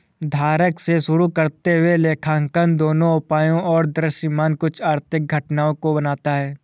धारणा से शुरू करते हुए लेखांकन दोनों उपायों और दृश्यमान कुछ आर्थिक घटनाओं को बनाता है